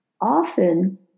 often